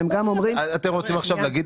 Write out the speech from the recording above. שהם גם אומרים --- אתם רוצים עכשיו להגיד